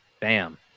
Bam